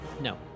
no